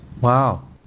Wow